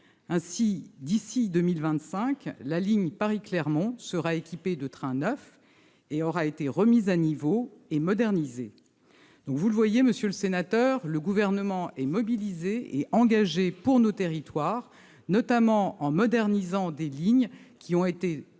Ainsi, d'ici à 2025, la ligne Paris-Clermont-Ferrand sera équipée de trains neufs et aura été remise à niveau et modernisée. Vous le voyez, monsieur le sénateur, le Gouvernement se mobilise et s'engage en faveur de nos territoires, notamment en modernisant des lignes qui ont été trop